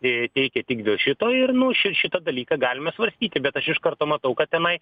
i teikia tik dėl šito ir nu ši šitą dalyką galime svarstyti bet aš iš karto matau kad tenai